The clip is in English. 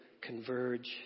converge